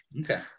okay